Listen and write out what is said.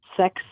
sex